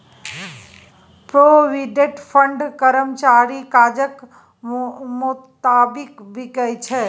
provident fund कर्मचारीक काजक मोताबिक बिकै छै